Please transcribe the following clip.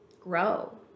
grow